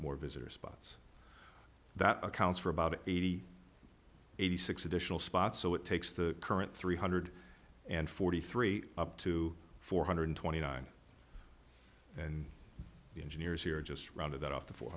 more visitor spots that accounts for about eighty eighty six additional spots so it takes the current three hundred and forty three up to four hundred twenty nine and the engineers here just run it off the four